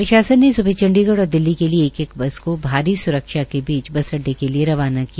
प्रशासन ने स्बह चंडीगढ़ और दिल्ली के लिए एक एक बस को भारी स्रक्षा के बीच बस अड्डे को रवाना किया